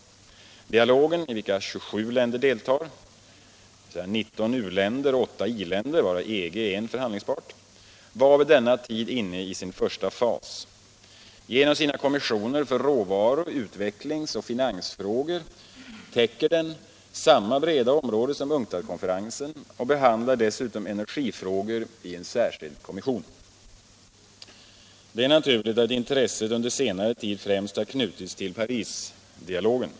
Dialogen, i vilken 27 länder deltar, 19 u-länder och 8 i-länder , var vid denna tid inne i sin första fas. Genom sina kommissioner för råvaru-, utvecklingsoch finansfrågor täcker den samma breda område som UNCTAD-konferensen och behandlar dessutom energifrågor i en särskild kommission. Det är naturligt att intresset under senare tid främst har knutits till Parisdialogen.